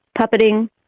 puppeting